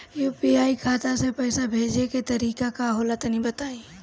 UPI खाता से पइसा भेजे के तरीका का होला तनि बताईं?